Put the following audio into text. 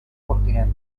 continente